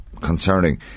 concerning